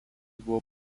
buvo